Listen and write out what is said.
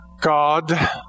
God